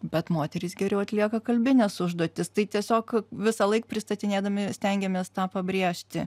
bet moterys geriau atlieka kalbines užduotis tai tiesiog visąlaik pristatinėdami stengiamės tą pabrėžti